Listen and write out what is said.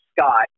Scott